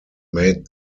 made